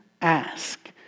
ask